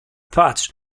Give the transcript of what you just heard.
patrz